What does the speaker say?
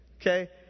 Okay